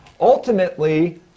Ultimately